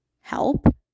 help